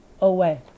away